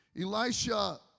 Elisha